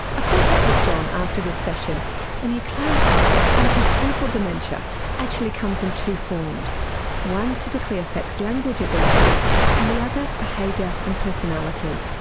ah caught up with john after this session and he clarified that frontotemporal dementia actually comes in two forms one typically affects language ability and the other behaviour and personality.